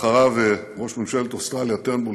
ואחריו ראש ממשלת אוסטרליה, טרנבול.